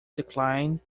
decline